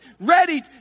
ready